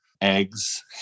eggs